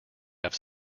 have